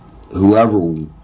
whoever